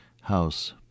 house